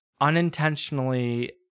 unintentionally